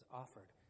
offered